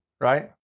right